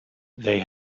they